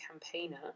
campaigner